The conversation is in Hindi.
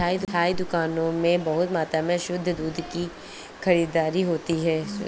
मिठाई दुकानों में बहुत मात्रा में शुद्ध दूध की खरीददारी होती है